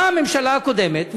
באה הממשלה הקודמת,